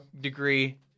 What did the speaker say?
degree